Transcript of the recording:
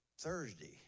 Thursday